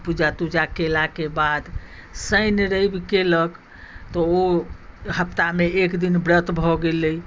पूजा तुजा कयलाके बाद शनि रवि कयलक तऽ ओ हप्तामे एकदिन व्रत भऽ गेलै